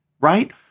right